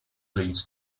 leads